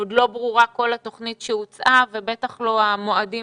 עוד לא ברורה כל התוכנית שהוצעה ובטח לא המועדים